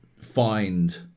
find